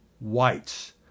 whites